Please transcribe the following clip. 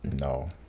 No